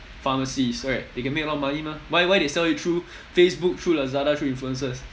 pharmacies right they can make a lot of money mah why why they sell it through facebook through lazada through influencers